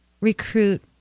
recruit